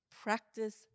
practice